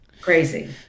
Crazy